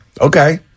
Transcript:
Okay